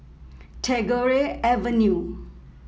Tagore Avenue